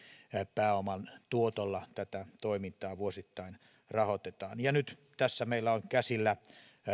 pääoman tuotolla toimintaa vuosittain rahoitetaan nyt meillä on käsillä